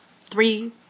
three